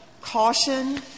caution